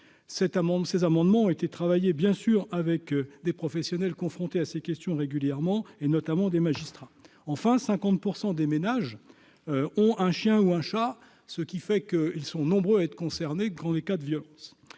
ces amendements ont été travailler bien sûr avec des professionnels confrontés à ces questions régulièrement et notamment des magistrats, enfin 50 % des ménages ont un chien ou un chat, ce qui fait que, ils sont nombreux à être concernés quand les cas de violence,